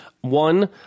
one